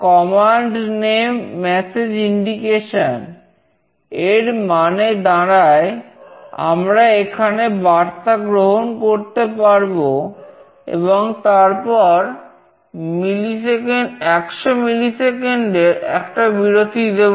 CN এমআই একটা বিরতি দেব